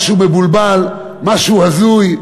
משהו מבולבל, משהו הזוי.